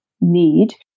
need